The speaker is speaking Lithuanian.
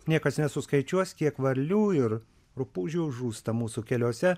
niekas nesuskaičiuos kiek varlių ir rupūžių žūsta mūsų keliuose